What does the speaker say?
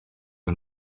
ond